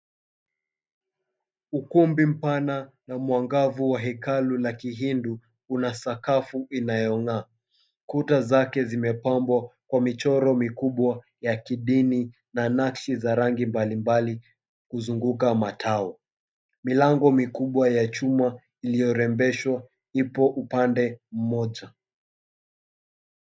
Ukumbi mpana na mwangavu wa hekalu la kihindu una sakafu inayong'aa. Kuta zake zimepambwa kwa michoro mikubwa ya kidini na nakshi za rangi mbalimbali kuzunguka matao. Milango mikubwa ya chuma iliyorembeshwa ipo upande mmoja.